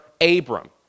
Abram